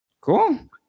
Cool